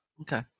Okay